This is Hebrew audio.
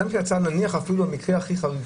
נניח אפילו במקרה הכי חריף,